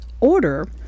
order